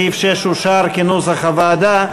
סעיף 6 אושר כנוסח הוועדה.